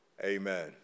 Amen